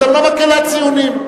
אתם לא מקהלת ציונים.